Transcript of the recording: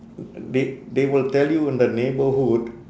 they they will tell you in the neighbourhood